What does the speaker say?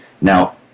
Now